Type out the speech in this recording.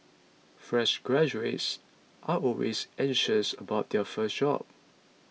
fresh graduates are always anxious about their first job